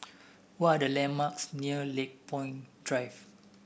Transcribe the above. what are the landmarks near Lakepoint Drive